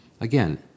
again